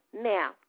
Now